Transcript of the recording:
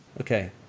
Okay